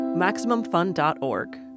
MaximumFun.org